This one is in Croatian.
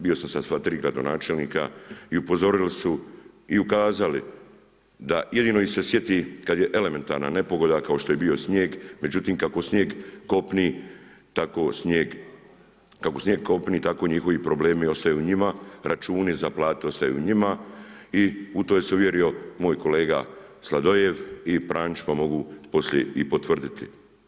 Bio sam sa sva tri gradonačelnika i upozorili su i ukazali da jedino ih se sjeti kada je elementarna nepogoda kao što je bio snijeg, međutim kako snijeg kopni tako snijeg, kako snijeg kopni tako njihovi problemi ostaju u njima, računi za platiti ostaju njima i to se uvjerio moj kolega Sladoljev i Pranić pa mogu poslije i potvrditi.